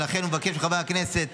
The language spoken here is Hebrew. ולכן הוא מבקש מחברי הכנסת,